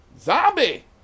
zombie